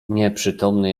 nieprzytomny